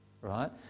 right